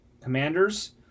Commanders